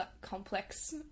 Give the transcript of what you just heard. complex –